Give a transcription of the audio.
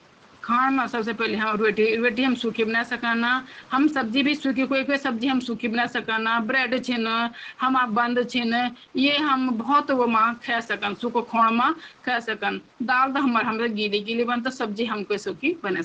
खाने कु सुरक्षित रूप म ग्रिल करण का कुछ सुझाव यो छन: साफ-सफाई: ग्रिल अर बर्तन अच्छे से धोण। तापमान ठीक राखण: मांस ठीक से पकाण खातिर सही तापमान राखण (पचत्तर °C तक)। अलग-अलग बर्तन: कच्चा मांस अर पक्यो मांस खातिर अलग बर्तन अर चिमटे प्रयोग करण। अच्छे से पकाण: मांस भली-भाँति पकण तलक ग्रिल म राखण, ताकि बैक्टेरिया मऱि जाल। तुरंत खाण: ग्रिल करेक खाना तुरंत खाण, ज्याद देर तक खुला ना राखण।